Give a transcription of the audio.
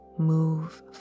move